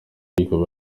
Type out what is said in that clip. ikaba